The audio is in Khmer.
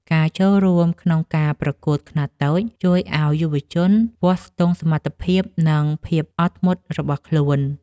ការចូលរួមក្នុងការប្រកួតខ្នាតតូច ជួយឱ្យយុវជនវាស់ស្ទង់សមត្ថភាព និងភាពអត់ធ្មត់របស់ខ្លួន។